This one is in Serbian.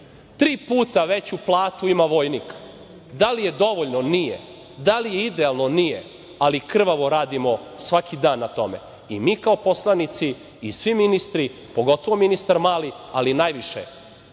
Tri puta veću platu ima vojnik. Da li je dovoljno? Da li je idealno? Nije. Ali, krvavo radimo svaki dan na tome i mi kao poslanici i svi ministri, pogotovo ministar Mali, ali najviše